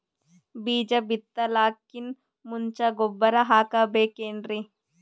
ಬೀಜ ಬಿತಲಾಕಿನ್ ಮುಂಚ ಗೊಬ್ಬರ ಹಾಕಬೇಕ್ ಏನ್ರೀ?